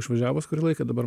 išvažiavus kurį laiką dabar